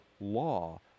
law